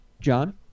John